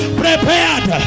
prepared